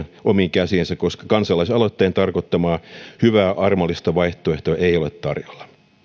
omiin käsiinsä koska kansalaisaloitteen tarkoittamaa hyvää armollista vaihtoehtoa ei ole tarjolla